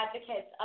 advocates